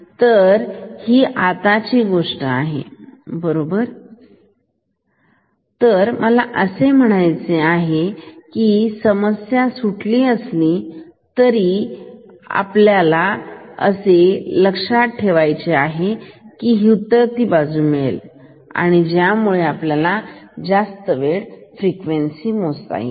तर ही आताची समस्या आहे बरोबर तर मला असे म्हणायचे आहे ही समस्या सुटली असेल कारण नॉईस आपल्याला नको असलेली उतरती बाजू मिळतील ज्यामुळे आपल्याला जास्तीची फ्रिक्वेन्सी मिळेल